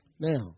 Now